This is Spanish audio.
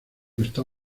está